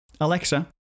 Alexa